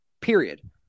period